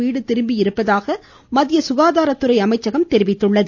வீடு திரும்பியிருப்பதாக மத்திய சுகாதாரத்துறை அமைச்சகம் தெரிவித்துள்ளது